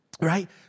Right